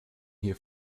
here